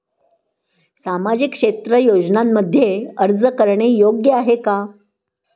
सामाजिक क्षेत्र योजनांमध्ये अर्ज करणे योग्य आहे का?